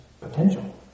potential